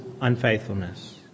unfaithfulness